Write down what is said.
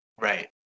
Right